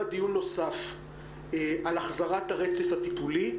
דיון נוסף על החזרת הרצף הטיפולי,